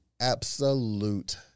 absolute